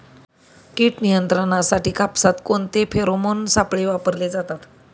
कीड नियंत्रणासाठी कापसात कोणते फेरोमोन सापळे वापरले जातात?